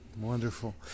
wonderful